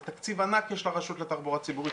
יש תקציב ענק לרשות לתחבורה ציבורית,